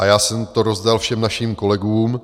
Já jsem to rozdal všem našim kolegům.